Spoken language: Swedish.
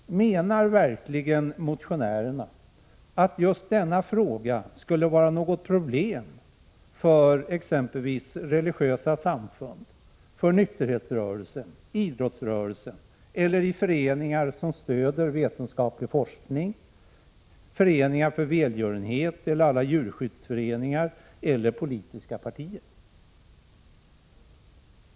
Menar verkligen motionärerna att just detta skulle vara ett problem för exempelvis religiösa samfund, nykterhetsrörelsen, idrottsrörelsen eller föreningar som stöder vetenskaplig forskning, föreningar för välgörenhet, alla djurskyddsföreningar eller politiska partier?